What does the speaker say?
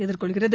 எதிர்கொள்கிறது